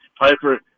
Piper